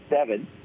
seven